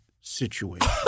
situation